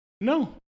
No